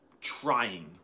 trying